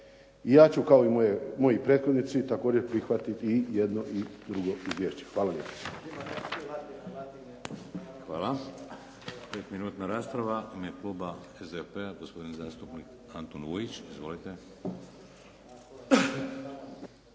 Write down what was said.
ja ću kao i moji prethodnici također prihvatiti i jedno i drugo izvješće. Hvala lijepo. **Šeks, Vladimir (HDZ)** Hvala. 5-minutna rasprava u ime kluba SDP-a, gospodin zastupnik Antun Vujić. Izvolite.